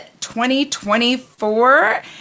2024